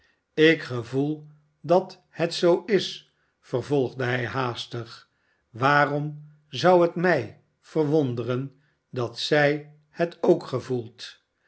ik gevoel dat het zoo is vervolgde hij haastig waarom zou het mij verwonderen dat zij hetook gevoelt